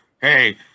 hey